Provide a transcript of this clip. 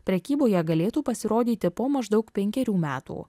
prekyboje galėtų pasirodyti po maždaug penkerių metų